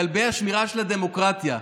"כלבי השמירה של הדמוקרטיה"